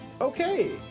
okay